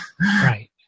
Right